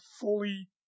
fully